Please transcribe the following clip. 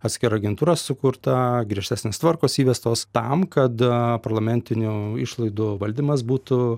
atskira agentūra sukurta griežtesnės tvarkos įvestos tam kada parlamentinių išlaidų valdymas būtų